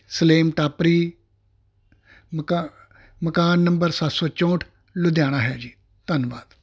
ਸਲੇਮ ਟਾਬਰੀ ਮਕਾ ਮਕਾਨ ਨੰਬਰ ਸੱਤ ਸੌ ਚੌਂਹਠ ਲੁਧਿਆਣਾ ਹੈ ਜੀ ਧੰਨਵਾਦ